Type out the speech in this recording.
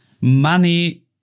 money